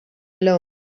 alone